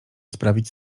sprawić